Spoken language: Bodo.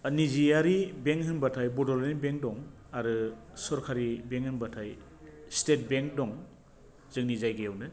निजियारि बेंक होनबाथाय बड'लेण्ड बेंक दं आरो सरकारि बेंक होनबाथाय स्टेट बेंक दं जोंनि जायगायावनो